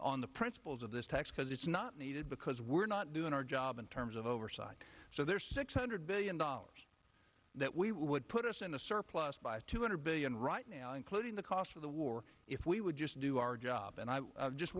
on the principles of this tax because it's not needed because we're not doing our job in terms of oversight so there's six hundred billion dollars that we would put us in a surplus by two hundred billion right now including the cost of the war if we would just do our job and i just